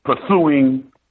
pursuing